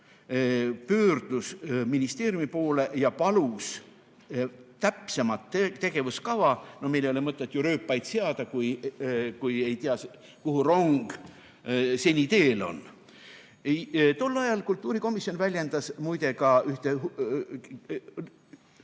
pöördus ministeeriumi poole ja palus täpsemat tegevuskava. Meil ei ole mõtet rööpaid seada, kui ei tea, kuhu rong parajasti teel on. Tol ajal kultuurikomisjon väljendas muide ka ühte